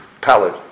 palette